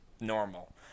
normal